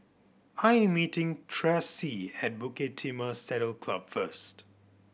I am meeting Traci at Bukit Timah Saddle Club first